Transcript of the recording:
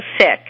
sick